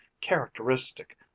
characteristic